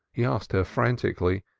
he asked her frantically,